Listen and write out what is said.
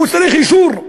הוא צריך אישור,